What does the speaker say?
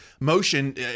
motion